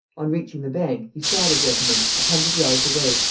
on reaching the bank, he saw the gentleman, a hundred yards away,